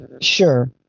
Sure